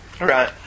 Right